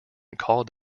called